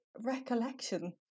recollection